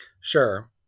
Sure